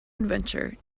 adventure